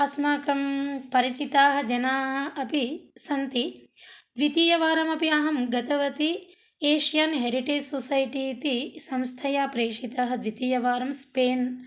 अस्माकं परिचिताः जनाः अपि सन्ति द्वितीयवारमपि अहं गतवति एष्यन् हेरिटेज् सोसैटि इति संस्थया प्रेषितः द्वितीयवारं स्पेन्